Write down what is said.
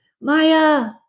Maya